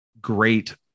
great